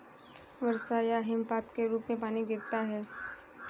वर्षा या हिमपात के रूप में पानी गिरता है